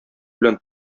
белән